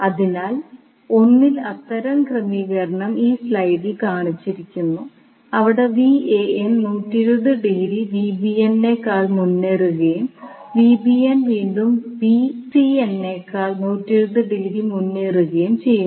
അതിനാൽ 1 ൽ അത്തരം ക്രമീകരണം ഈ സ്ലൈഡിൽ കാണിച്ചിരിക്കുന്നു അവിടെ 120 ഡിഗ്രി നേക്കാൾ മുന്നേറുകയും വീണ്ടും നേക്കാൾ 120 ഡിഗ്രി മുന്നേറുകയും ചെയ്യുന്നു